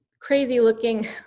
crazy-looking